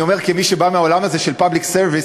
אני אומר כמי שבא מהעולם הזה של public service,